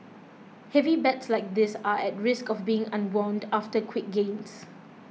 heavy bets like this are at risk of being unwound after quick gains